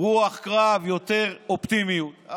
רוח קרב, יותר אופטימיות.